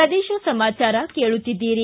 ಪ್ರದೇಶ ಸಮಾಚಾರ ಕೇಳುತ್ತೀದ್ದಿರಿ